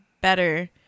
better